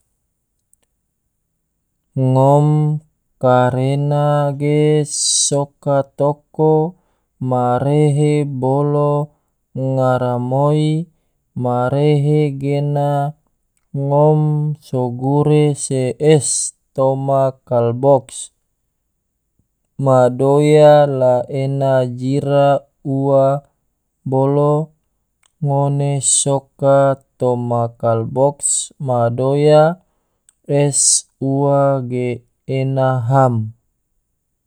Ngom karena ge soka toko ma rehe bolo garamoi ma rehe gena ngom so gure se es toma kalbox ma doya la ena jira ua, bolo ngone soka toma kalbox ma doya es ua ge ena ham.